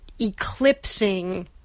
eclipsing